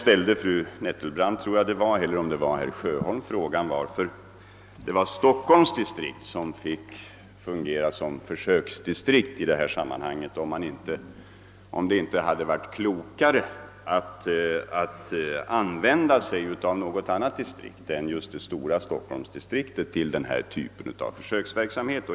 Vidare har den frågan ställts i debatten, varför stockholmsdistriktet fick I fungera som försöksdistrikt, och man har undrat om det inte varit klokare att välja ett annat, mindre distrikt för denna typ av försöksverksamhet.